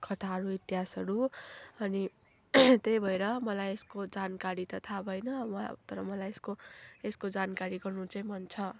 कथाहरू इतिहासहरू अनि त्यही भएर मलाई यसको जानकारी त थाहा भएन अब तर मलाई यसको जानकारी गर्नु चाहिँ मन छ